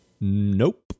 Nope